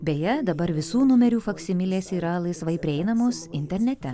beje dabar visų numerių faksimilės yra laisvai prieinamos internete